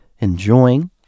Enjoying